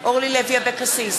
אורלי לוי אבקסיס,